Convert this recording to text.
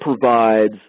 provides